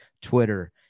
Twitter